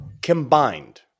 Combined